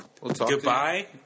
goodbye